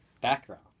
background